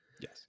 Yes